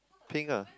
pink ah